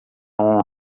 honra